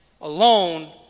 alone